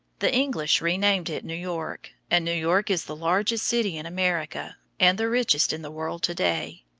the english renamed it new york, and new york is the largest city in america and the richest in the world to-day.